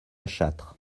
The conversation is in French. châtre